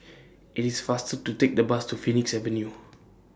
IT IS faster to Take The Bus to Phoenix Avenue